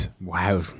Wow